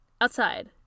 Outside